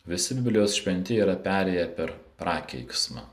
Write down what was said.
visi biblijos šventi yra perėję per prakeiksmą